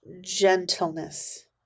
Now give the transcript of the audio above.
gentleness